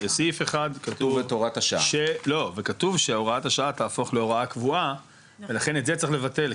בסעיף 1 כתוב שהוראת השעה תהפוך להוראה קבועה ולכן את זה צריך לבטל,